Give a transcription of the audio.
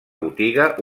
botiga